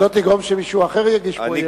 שלא תגרום שמישהו אחר יגיש פה אי-אמון.